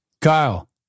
Kyle